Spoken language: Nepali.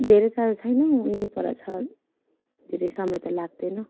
धेरै टाढो छैन उहीँ पर छ धेरै समय त लाग्दैन